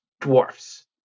dwarfs